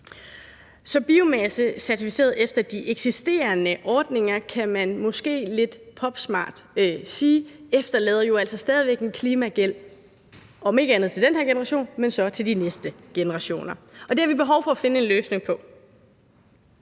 biomasse certificeret efter de eksisterende ordninger kan man, måske lidt popsmart, sige jo altså stadig væk efterlader en klimagæld, om ikke til den her generation, så til de næste generationer, og det har vi behov for at finde en løsning på.